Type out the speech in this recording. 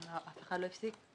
אף אחד לא הפסיק.